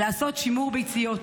לעשות שימור ביציות.